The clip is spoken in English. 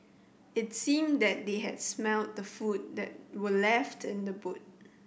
it seemed that they had smelt the food that were left in the boot